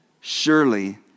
surely